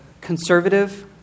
conservative